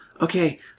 Okay